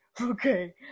okay